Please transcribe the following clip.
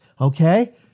okay